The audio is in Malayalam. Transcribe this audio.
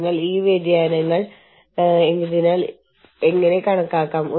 അതിനാൽ കമ്പനികൾക്ക് ലോക്ക്ഡൌണുകളും പണിമുടക്കുകളും താങ്ങാൻ കഴിയും